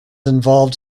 involved